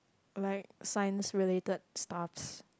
like science related stuffs